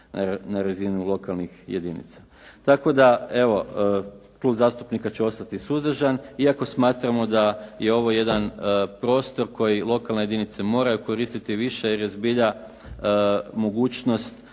na razinu lokalnih jedinica. Tako da evo, klub zastupnika će ostati suzdržan iako smatramo da je ovo jedan prostor koji lokalne jedinice moraju koristiti više jer je zbilja mogućnost